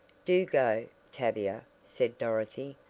do go, tavia, said dorothy,